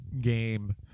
game